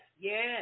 yes